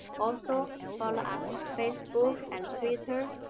also, follow us on facebook and twitter,